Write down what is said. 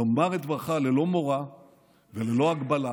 לומר את דברך ללא מורא וללא הגבלה,